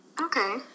Okay